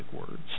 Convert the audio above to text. words